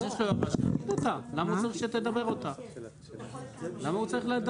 לגבי סעיף 32א,